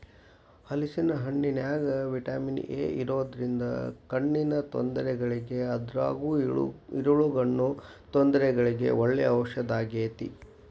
ಹಲೇಸಿನ ಹಣ್ಣಿನ್ಯಾಗ vitamin A ಇರೋದ್ರಿಂದ ಕಣ್ಣಿನ ತೊಂದರೆಗಳಿಗೆ ಅದ್ರಗೂ ಇರುಳುಗಣ್ಣು ತೊಂದರೆಗಳಿಗೆ ಒಳ್ಳೆ ಔಷದಾಗೇತಿ